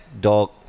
dog